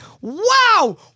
wow